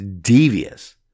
Devious